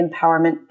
Empowerment